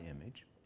image